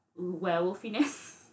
werewolfiness